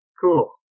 Cool